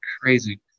crazy